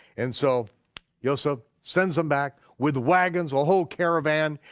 and so yoseph sends them back with wagons, a whole caravan,